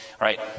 right